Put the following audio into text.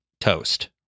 toast